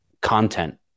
content